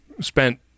spent